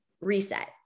reset